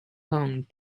pong